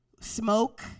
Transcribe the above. smoke